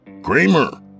Kramer